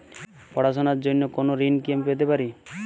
পড়াশোনা র জন্য কোনো ঋণ কি আমি পেতে পারি?